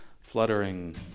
fluttering